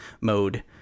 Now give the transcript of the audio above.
mode